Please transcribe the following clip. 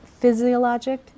physiologic